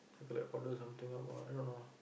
feel like order something out ah I don't know